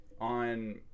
on